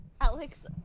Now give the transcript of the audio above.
Alex